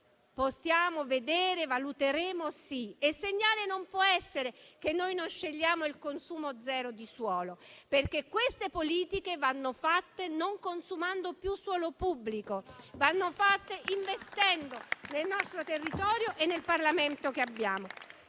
"possiamo vedere", "valuteremo". Il segnale non può essere che non scegliamo il consumo zero di suolo. Queste politiche, infatti, vanno fatte non consumando più suolo pubblico, investendo nel nostro territorio e nel Parlamento che abbiamo.